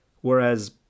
Whereas